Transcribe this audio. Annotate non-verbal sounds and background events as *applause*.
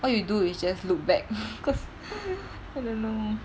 all you do is just look back *laughs* cause I don't know